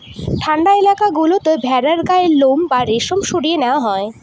ঠান্ডা এলাকা গুলোতে ভেড়ার গায়ের লোম বা রেশম সরিয়ে নেওয়া হয়